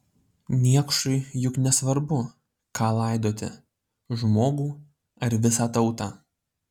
niekšui juk nesvarbu ką laidoti žmogų ar visą tautą